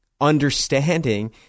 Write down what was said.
understanding